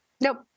Nope